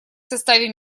составе